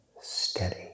steady